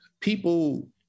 people